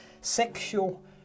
sexual